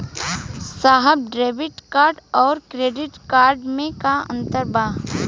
साहब debit card और credit card में का अंतर बा?